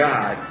God